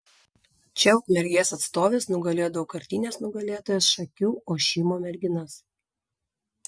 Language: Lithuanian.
čia ukmergės atstovės nugalėjo daugkartines nugalėtojas šakių ošimo merginas